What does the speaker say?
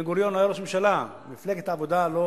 בן-גוריון היה ראש הממשלה, מפלגת העבודה לא